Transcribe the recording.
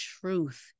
truth